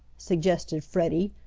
suggested freddie,